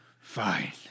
Fine